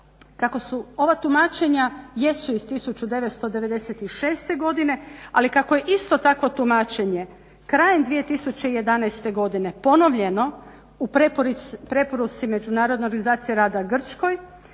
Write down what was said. ova tumačenja, jesu iz 1996. godine, ali kako je isto takvo tumačenje krajem 2011. godine ponovljeno u preporuci međunarodne organizacije rada u Grčkoj